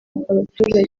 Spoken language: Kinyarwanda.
abaturage